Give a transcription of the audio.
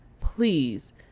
Please